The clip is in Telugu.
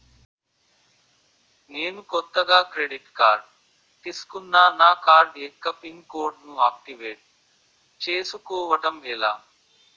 నేను కొత్తగా క్రెడిట్ కార్డ్ తిస్కున్నా నా కార్డ్ యెక్క పిన్ కోడ్ ను ఆక్టివేట్ చేసుకోవటం ఎలా?